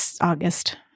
August